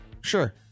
Sure